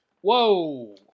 Whoa